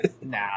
Nah